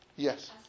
Yes